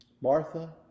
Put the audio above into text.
Martha